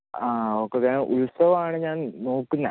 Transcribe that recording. ആ okay okay ഉത്സവമാണ് ഞാൻ നോക്കുന്നത്